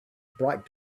bright